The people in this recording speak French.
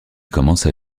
commencent